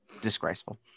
Disgraceful